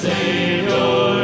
Savior